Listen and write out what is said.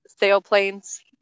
sailplanes